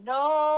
no